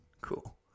Cool